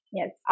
Yes